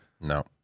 No